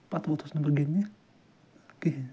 پتہٕ وۄتھُس نہٕ بہٕ گِنٛدنہٕ کِہیٖنۍ